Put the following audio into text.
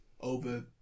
over